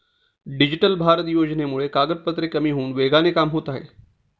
digital Bharat योजनेमुळे कागदपत्रे कमी होऊन वेगाने कामे होत आहेत